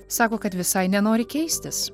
sako kad visai nenori keistis